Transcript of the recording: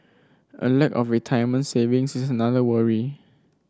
a lack of retirement savings is another worry